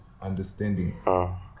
understanding